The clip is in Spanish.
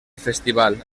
festival